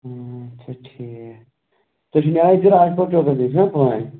اَچھا ٹھیٖک تُہۍ چھُو نیران أتۍ راجپورِ چوکَس نِش پُلوامہِ